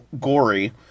gory